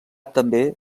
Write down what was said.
també